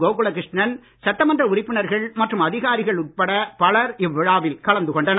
கோகுல கிருஷ்ணன் சட்டமன்ற உறுப்பினர்கள் மற்றும் அதிகாரிகள் உட்பட பலர் இவ்விழாவில் கலந்து கொண்டனர்